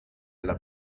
alla